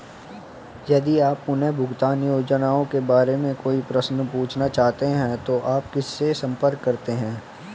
यदि आप पुनर्भुगतान योजनाओं के बारे में कोई प्रश्न पूछना चाहते हैं तो आप किससे संपर्क करते हैं?